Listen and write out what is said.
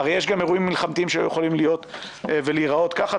הרי יש גם אירועים מלחמתיים שהיו יכולים להיות ולהיראות ככה.